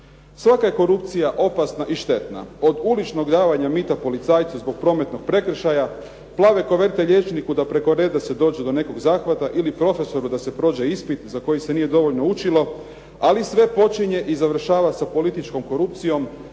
Svaka je korupcija opasna i štetna, od uličnog davanja mita policajcu zbog prometnog prekršaja, plave koverte liječniku da preko reda se dođe do nekog zahvata ili profesoru da se prođe ispit za koji se nije dovoljno učilo, ali sve počinje i završava sa političkom korupcijom